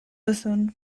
duzun